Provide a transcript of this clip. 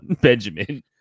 Benjamin